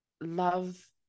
love